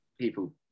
people